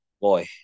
boy